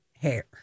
hair